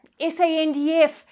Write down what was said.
SANDF